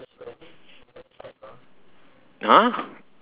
!huh!